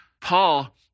Paul